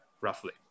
roughly